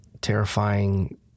terrifying